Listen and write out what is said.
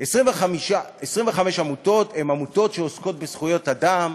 25 עמותות הן עמותות שעוסקות בזכויות אדם,